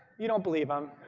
you don't believe them.